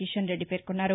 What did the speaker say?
కిషన్రెడ్డి పేర్కొ న్నారు